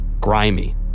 grimy